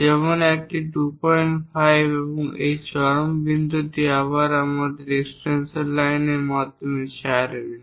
যেমন একটি 25 এবং এই চরম বিন্দুটি আবার আমাদের এক্সটেনশন লাইনের মাধ্যমে 4 ইউনিটে